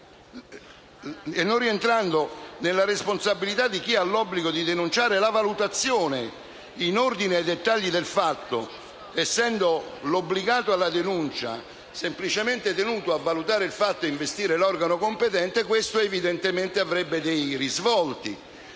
e non rientrando nella responsabilità di chi ha l'obbligo di denunciare la valutazione in ordine ai dettagli del fatto, essendo l'obbligato alla denuncia semplicemente tenuto a valutare il fatto e a investire l'organo competente, questo avrebbe dei risvolti,